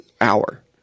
hour